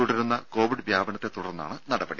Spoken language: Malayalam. തുടരുന്ന കോവിഡ് വ്യാപനത്തെ തുടർന്നാണ് നടപടി